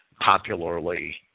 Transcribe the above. popularly